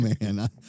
man